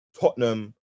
Tottenham